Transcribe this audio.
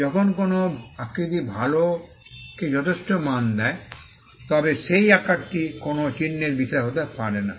যখন কোনও আকৃতি ভালকে যথেষ্ট মান দেয় তবে সেই আকারটি কোনও চিহ্নের বিষয় হতে পারে না